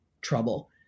trouble